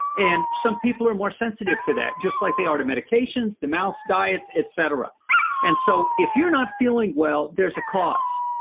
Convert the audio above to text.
and some people are more sensitive to that, just like they are to medications, the mouse diets et cetera and so if you're not feeling well, there's a cause.